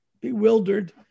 bewildered